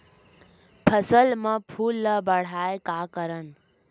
फसल म फूल ल बढ़ाय का करन?